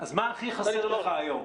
אז מה הכי חסר לך היום?